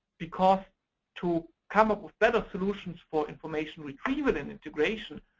because to come up with better solutions for information retrieval and integration,